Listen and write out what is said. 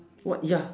what ya